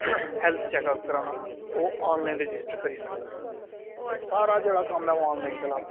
health check up कराना ओह् online registered करी सकदा सारा जेह्ड़ा कम्म ऐ ओह् आनलाइन चला दा